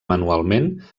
manualment